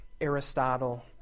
Aristotle